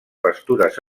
pastures